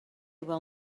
will